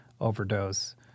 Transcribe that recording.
overdose